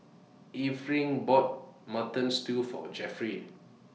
Erving bought Mutton Stew For Jeffry